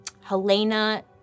helena